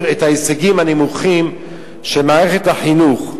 את ההישגים הנמוכים של מערכת החינוך,